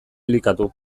elikatu